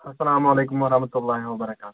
اَلسَلامُ علیکم وَرحمتُہ اللہِ وَبَرَکاتہ